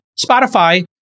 spotify